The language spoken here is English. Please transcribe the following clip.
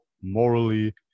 morally